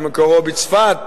שמקורו בצפת,